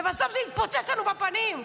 ובסוף זה התפוצץ לנו בפנים,